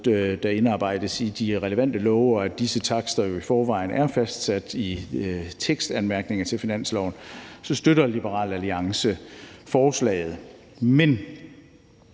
der indarbejdes i de relevante love, og da disse takster jo i forvejen er fastsat i tekstanmærkningerne til finansloven, støtter Liberal Alliance forslaget. Men